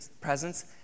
presence